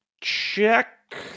check